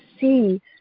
see